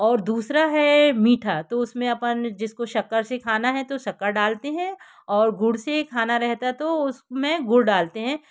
और दूसरा है मीठा तो उसमें अपन जिसको शक्कर से खाना है तो शक्कर डालते हैं गुड़ से खाना रहता तो उसमें गुड़ डालते हैं